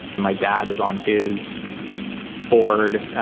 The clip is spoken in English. my dad is on his board